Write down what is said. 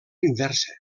inversa